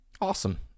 Awesome